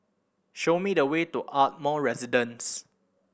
show me the way to Ardmore Residence